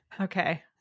Okay